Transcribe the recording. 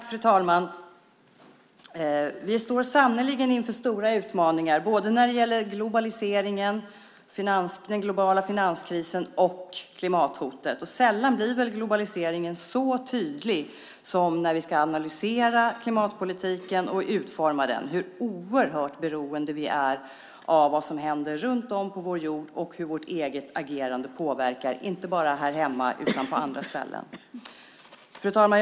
Fru talman! Vi står sannerligen inför stora utmaningar, både när det gäller globaliseringen, den globala finanskrisen och klimathotet. Sällan blir väl globaliseringen så tydlig som när vi ska analysera klimatpolitiken och utforma den. Då ser vi hur oerhört beroende vi är av vad som händer runt om på vår jord och hur vårt eget agerande påverkar, inte bara här hemma utan på andra ställen. Fru talman!